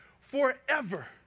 forever